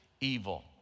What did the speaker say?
evil